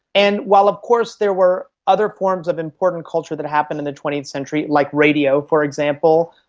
and while of course there were other forms of important culture that happened in the twentieth century, like radio, for example,